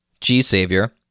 G-Savior